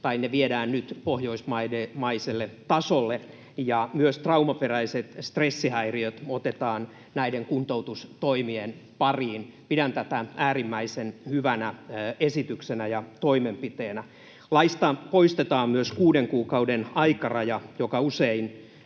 että ne viedään nyt pohjoismaiselle tasolle, ja myös traumaperäiset stressihäiriöt otetaan näiden kuntoutustoimien pariin. Pidän tätä äärimmäisen hyvänä esityksenä ja toimenpiteenä. Laista poistetaan myös kuuden kuukauden aikaraja, joka usein